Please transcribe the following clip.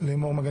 לימור מגן